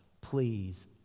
please